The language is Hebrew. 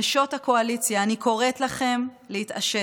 נשות הקואליציה, אני קוראת לכן להתעשת.